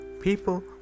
People